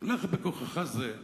לך בכוחך זה,